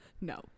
No